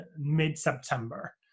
mid-September